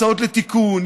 הצעות לתיקון,